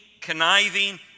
conniving